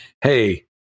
hey